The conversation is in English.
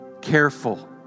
Careful